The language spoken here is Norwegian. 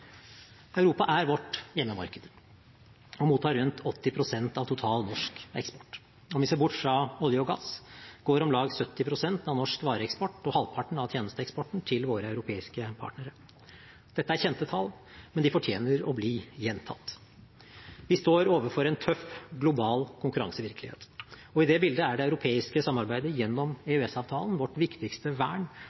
Europa er vårt hjemmemarked og mottar rundt 80 pst. av total norsk eksport. Om vi ser bort fra olje og gass, går om lag 70 pst. av norsk vareeksport og halvparten av tjenesteeksporten til våre europeiske partnere. Dette er kjente tall, men de fortjener å bli gjentatt. Vi står overfor en tøff global konkurransevirkelighet, og i det bildet er det europeiske samarbeidet, gjennom EØS-avtalen, vårt viktigste vern